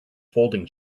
folding